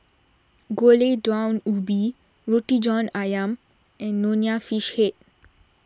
Gulai Daun Ubi Roti John Ayam and Nonya Fish Head